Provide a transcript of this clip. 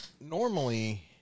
normally